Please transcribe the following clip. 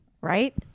Right